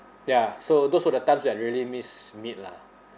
ya so those were the times that I really miss meat lah